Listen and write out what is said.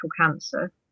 cancer